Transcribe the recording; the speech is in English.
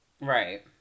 Right